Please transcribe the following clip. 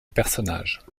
personnage